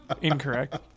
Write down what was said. Incorrect